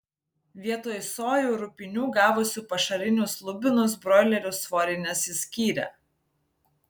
vietoj sojų rupinių gavusių pašarinius lubinus broilerių svoriai nesiskyrė